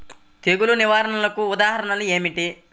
తెగులు నిర్వహణకు ఉదాహరణలు ఏమిటి?